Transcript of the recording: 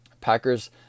Packers